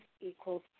equals